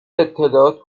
اطلاعات